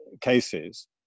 cases